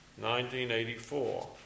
1984